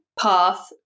path